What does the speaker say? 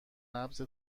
نبض